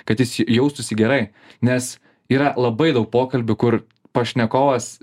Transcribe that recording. kad jis jaustųsi gerai nes yra labai daug pokalbių kur pašnekovas